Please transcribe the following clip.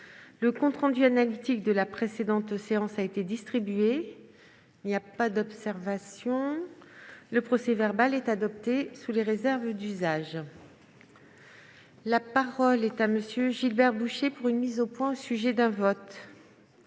Le compte rendu analytique de la précédente séance a été distribué. Il n'y a pas d'observation ?... Le procès-verbal est adopté sous les réserves d'usage. La parole est à M. Gilbert Bouchet. Lors des scrutins publics n 117